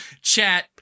chat